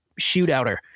shootouter